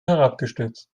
herabgestürzt